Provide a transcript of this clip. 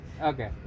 Okay